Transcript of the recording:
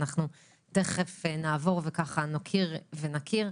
אנחנו תכף נעבור ונוקיר ונכיר.